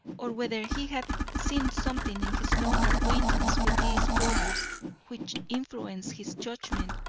or whether he had seen something in his long acquaintance with these brothers which influenced his judgment,